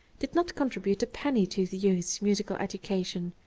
did not contribute a penny to the youth's musical education,